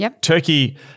Turkey